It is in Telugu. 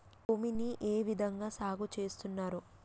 భూమిని ఏ విధంగా సాగు చేస్తున్నారు?